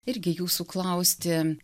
irgi jūsų klausti